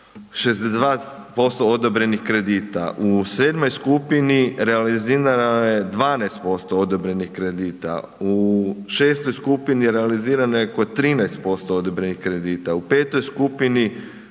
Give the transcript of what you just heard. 62% odobrenih kredita. U sedmoj skupini realizirano je 12% odobrenih kredita, u šestoj skupini realizirano je oko 13% odobrenih kredita, u petoj skupini 5